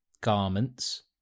garments